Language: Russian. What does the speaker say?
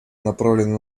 направленные